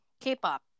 K-pop